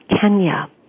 Kenya